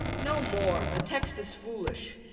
no more the text is foolish.